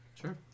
Sure